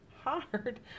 hard